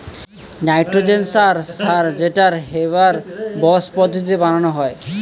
nitrogen সার সার যেটাকে হেবার বস পদ্ধতিতে বানানা হয়